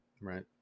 Right